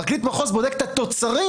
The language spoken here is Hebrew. פרקליט מחוז בודק את התוצרים,